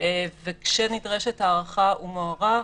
וכשנדרשת הארכה הוא מוארך.